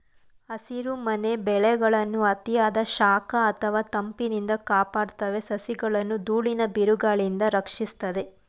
ಹಸಿರುಮನೆ ಬೆಳೆಗಳನ್ನು ಅತಿಯಾದ ಶಾಖ ಅಥವಾ ತಂಪಿನಿಂದ ಕಾಪಾಡ್ತವೆ ಸಸಿಗಳನ್ನು ದೂಳಿನ ಬಿರುಗಾಳಿಯಿಂದ ರಕ್ಷಿಸ್ತದೆ